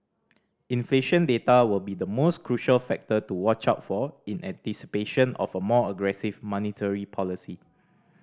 inflation data will be the most crucial factor to watch out for in anticipation of a more aggressive monetary policy